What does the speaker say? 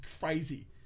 crazy